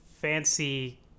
fancy